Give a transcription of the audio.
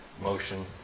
motion